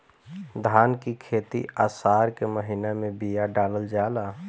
धान की खेती आसार के महीना में बिया डालल जाला?